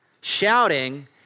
shouting